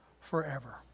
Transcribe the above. forever